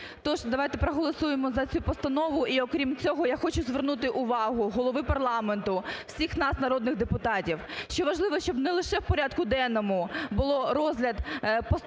Тож давайте проголосуємо за цю постанову і окрім цього я хочу звернути увагу Голови парламенту, всіх нас народних депутатів, що важливо, щоб не лише в порядку денному було розгляд постанов і